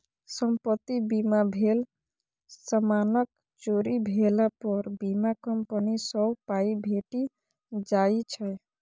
संपत्ति बीमा भेल समानक चोरी भेला पर बीमा कंपनी सँ पाइ भेटि जाइ छै